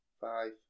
five